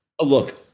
Look